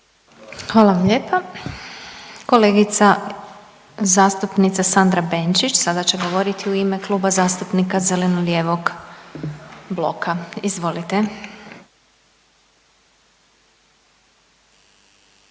Hvala vam lijepa. Kolegica zastupnica Sandra Benčić sada će govoriti u ime Kluba zastupnika zeleno-lijevog bloka. Izvolite.